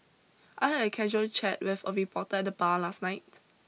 I had a casual chat with a reporter at the bar last night